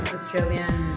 Australian